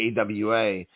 awa